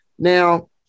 Now